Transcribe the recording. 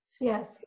Yes